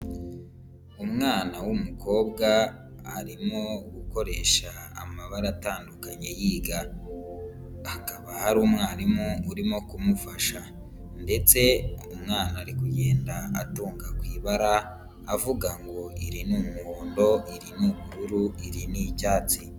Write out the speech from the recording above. Umwana w'umukobwa arimo gukoresha amabara atandukanye yiga, hakaba hari umwarimu urimo kumufasha ndetse umwana ari kugenda atunga ku ibara, avuga ngo iri ni umuhondo, iri n'ubururu, iri ni icyatsi.